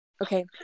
Okay